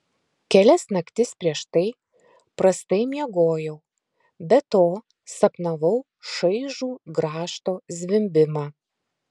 kelias naktis prieš tai prastai miegojau be to sapnavau šaižų grąžto zvimbimą